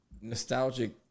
nostalgic